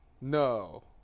No